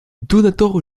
donateur